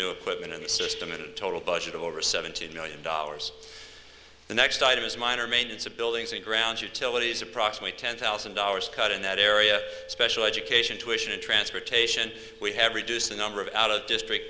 new equipment in the system in total budget of over seventeen million dollars the next item is minor maintenance of buildings and ground utilities approximate ten thousand dollars cut in that area special education tuitions transportation we have reduced the number of out of district